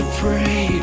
pray